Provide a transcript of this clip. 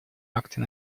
акты